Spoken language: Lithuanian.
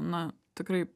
na tikrai